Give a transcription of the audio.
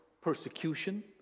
persecution